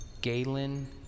Galen